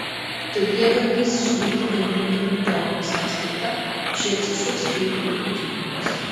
tad jie bandys išlikti gamintojų pelno sąskaita šie atsisuks ir į ūkininkus